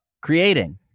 creating